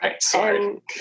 Sorry